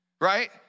right